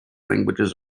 languages